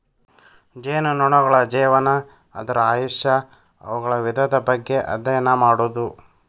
ಜೇನುನೊಣಗಳ ಜೇವನಾ, ಅದರ ಆಯುಷ್ಯಾ, ಅವುಗಳ ವಿಧದ ಬಗ್ಗೆ ಅದ್ಯಯನ ಮಾಡುದು